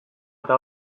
eta